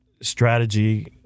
strategy